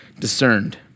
discerned